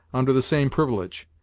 under the same privilege.